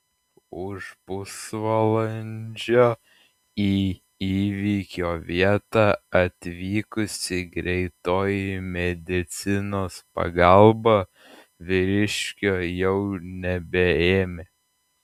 už pusvalandžio į įvykio vietą atvykusi greitoji medicinos pagalba vyriškio jau nebeėmė